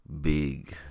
big